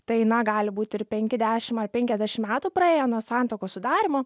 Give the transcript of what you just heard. tai na gali būti ir penki dešim ar penkiasdešim metų praėję nuo santuokos sudarymo